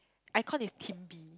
iKon is team B